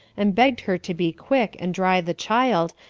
and begged her to be quick, and dry the child,